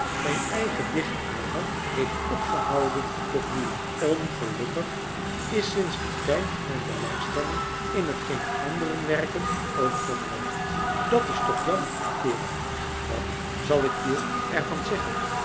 mijn eigen dichtader heeft opgehouden te vloeien ongelukkig is sinds dien tijd mijn belangstelling in hetgeen anderen werken ook verdroogd dat is toch jammer kerel wat zal ik je er van zeggen